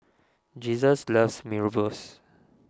Jesus loves Mee Rebus